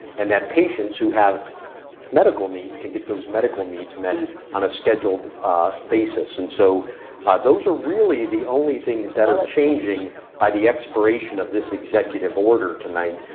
and that patients who have medical needs can get those medical needs met and on a scheduled basis. and so those are really the only things that are changing by the expiration of this executive order tonight.